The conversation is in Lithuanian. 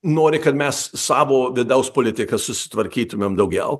nori kad mes savo vidaus politiką susitvarkytumėm daugiau